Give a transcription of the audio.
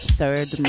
third